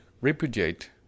repudiate